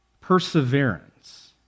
perseverance